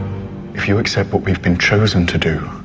if you accept what we've been chosen to do